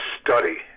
study